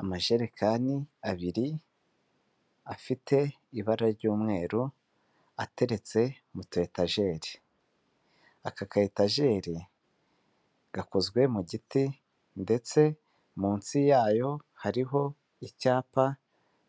Amajerekani abiri afite ibara ry'umweru ateretse mutu etajeri, aka ka etajeri gakozwe mu giti ndetse munsi yayo hariho icyapa